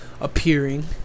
appearing